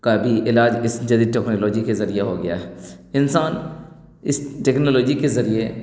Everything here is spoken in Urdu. کا بھی علاج اس جدید ٹیکنالوجی کے ذریعہ ہو گیا ہے انسان اس ٹیکنالوجی کے ذریعہ